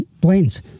blends